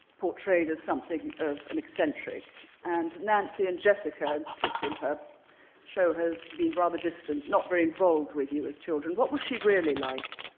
portrayed as something of an eccentric, and nancy and jessica, and particular, show her as to being rather distant, not very involved with you as children. what was she really like?